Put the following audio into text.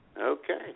Okay